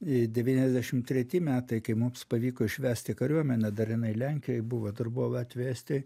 į devyniasdešim treti metai kai mums pavyko išvesti kariuomenę dalinai lenkijoj buvo dar buvo atvesti